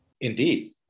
Indeed